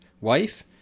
wife